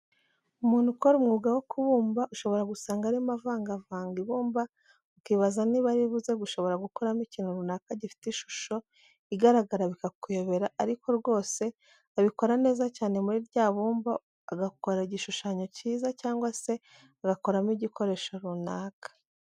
Umuntu ukora umwuga wo kubumba, ushobora gusanga arimo avangavanga ibumba ukibaza niba ari buze gushobora gukoramo ikintu runaka gifite uishusho igaragara bikakuyobera ariko rwose abikora neza cyane muri rya bumba agakora igishushanyo kiza cyangwa se agakoramo igikoresho runaka.